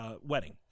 wedding